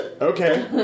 Okay